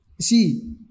see